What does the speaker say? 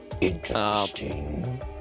Interesting